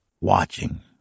watching